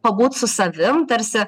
pabūt su savim tarsi